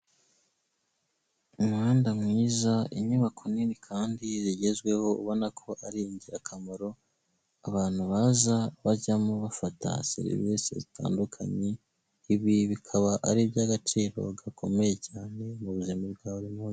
Umuhanda mwiza inyubako nini kandi zigezweho ubona ko ari ingirakamaro, abantu baza bajyamo bafata serivisi zitandukanye, ibi bikaba ari iby'agaciro gakomeye cyane mu buzima bwa buri munsi.